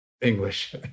English